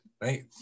right